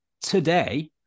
today